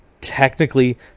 technically